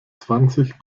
zwanzig